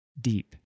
deep